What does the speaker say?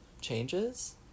changes